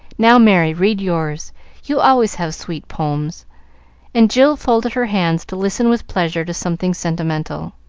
now, merry, read yours you always have sweet poems and jill folded her hands to listen with pleasure to something sentimental.